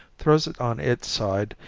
throws it on its side,